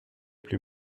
plus